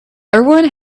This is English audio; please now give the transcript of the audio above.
everyone